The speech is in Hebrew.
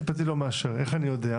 איך אני יודע?